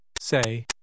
Say